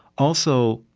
also,